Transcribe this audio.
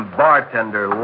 bartender